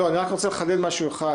לא, אני רק רוצה לחדד משהו אחד.